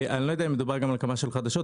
אני לא יודע אם מדובר גם על הקמה של חדשות.